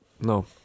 No